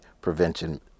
prevention